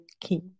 key